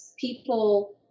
people